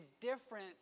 different